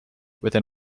within